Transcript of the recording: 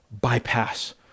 bypass